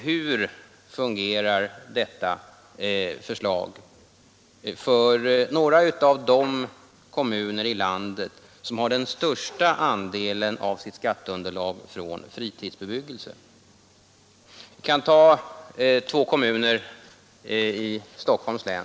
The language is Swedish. Hur fungerar då detta förslag för några av de kommuner i landet som har den största andelen av sitt skatteunderlag från fritidsbebyggelse? Vi kan ta två kommuner i Stockholms län.